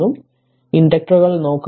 അതിനാൽ ഇൻഡക്റ്ററുകൾ നോക്കുക